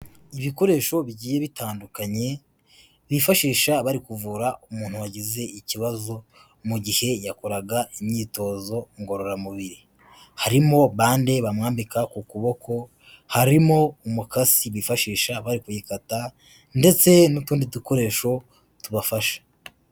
Ibikoresho bigiye bitandukanye, bifashisha bari kuvura umuntu wagize ikibazo mu gihe yakoraga imyitozo ngororamubiri, harimo bande bamwambika ku ukuboko, harimo umukasi bifashisha bari kuyikata ndetse n'utundi dukoresho tubafasha.